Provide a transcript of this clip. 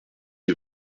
est